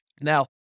Now